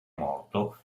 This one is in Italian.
morto